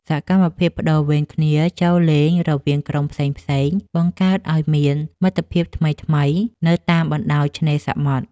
សកម្មភាពប្ដូរវេនគ្នាចូលលេងរវាងក្រុមផ្សេងៗ បង្កើតឱ្យមានមិត្តភាពថ្មីៗនៅតាមបណ្ដោយឆ្នេរសមុទ្រ។